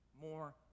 more